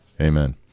Amen